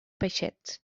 peixets